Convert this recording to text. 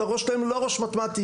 הראש שלהם לא ראש מתמטי,